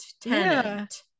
tenant